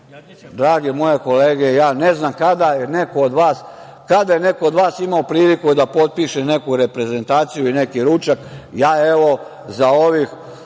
Drage moje kolege, ja ne znam kada je neko od vas imao priliku da potpiše neku reprezentaciju i neki ručak,